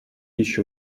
each